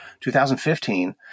2015